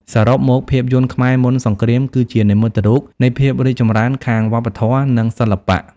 សរុបមក ភាពយន្តខ្មែរមុនសង្គ្រាមគឺជានិមិត្តរូបនៃភាពរីកចម្រើនខាងវប្បធម៌ និងសិល្បៈ។